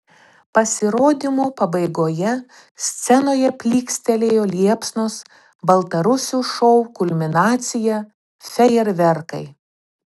pasirodymo pabaigoje scenoje plykstelėjo liepsnos baltarusių šou kulminacija fejerverkai